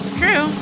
true